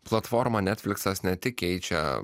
platforma netfliksas ne tik keičia